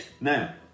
now